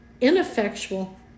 ineffectual